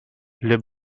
les